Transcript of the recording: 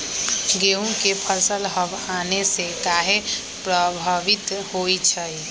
गेंहू के फसल हव आने से काहे पभवित होई छई?